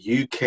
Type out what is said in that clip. UK